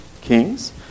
kings